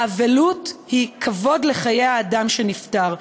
האבלות היא כבוד לחיי האדם שנפטר.